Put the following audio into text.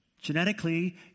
Genetically